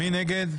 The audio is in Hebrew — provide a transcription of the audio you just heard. מי נגד?